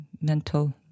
mental